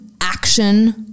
action